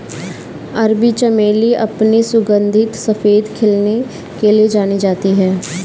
अरबी चमेली अपने सुगंधित सफेद खिलने के लिए जानी जाती है